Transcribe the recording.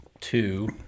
two